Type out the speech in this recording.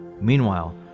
Meanwhile